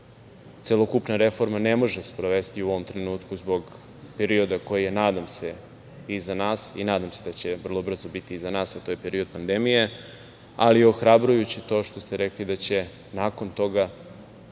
celokupna reforma ne može sprovesti u ovom trenutku zbog perioda koji je, nadam se, iza nas i nadam se da će vrlo brzo biti iza nas, a to je period pandemije. Ali, ohrabrujuće je to što ste rekli da će se nakon toga